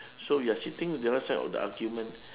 so you are sitting the other side of the argument